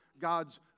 God's